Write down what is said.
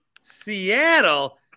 seattle